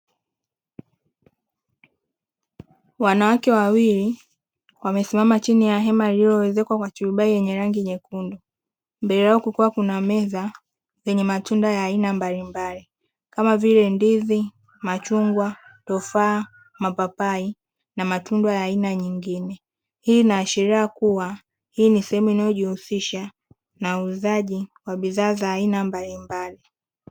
Wanawake wawili wamesimama chini ya hema lililoelezekwa kwa turubai yenye rangi nyekundu, mbele yao kukiwa kuna meza yenye matunda ya aina mbalimbali kama vile: ndizi, machungwa, tufaha, mapapai na matunda ya aina nyingine. Hii inaashiria kuwa hii ni sehemu inayojihusisha na uuzaji wa bidhaa za aina mbalimbali.